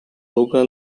local